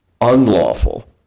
unlawful